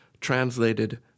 translated